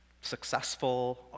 successful